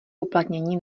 uplatnění